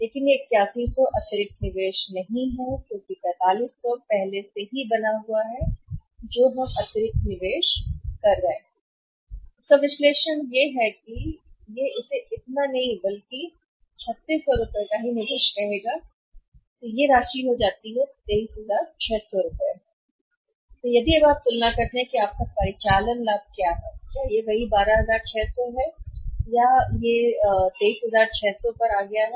लेकिन यह 8100 अतिरिक्त निवेश नहीं है क्योंकि 4500 पहले से ही पहले से बना हुआ है हम यहां जो अतिरिक्त निवेश कर रहे हैं उसका विश्लेषण यह है कि यह इसे इतना नहीं बल्कि कहेगा केवल 3600 में इसके अतिरिक्त निवेश हम कर रहे हैं ताकि यह राशि कितनी हो जाए राशि 23600 हो जाती है यह राशि 23600 है यदि आप अब तुलना करते हैं कि आपका परिचालन लाभ क्या है यह वही 12600 है और आपका निवेश 23600 पर आ गया है